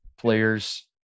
players